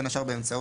בין השאר באמצעות